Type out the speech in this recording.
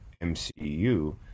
MCU